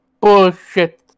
bullshit